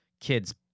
kids